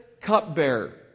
cupbearer